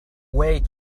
wait